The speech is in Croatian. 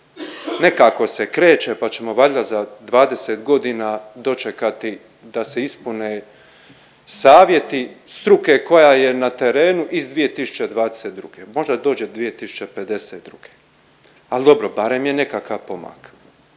nekako se kreće pa ćemo valjda za 20 godina dočekati da se ispune savjeti struke koja je na terenu iz 2022., možda dođe 2052., al dobro barem je nekakav pomak.